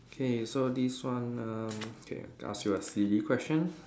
okay so this one uh okay I ask you a silly question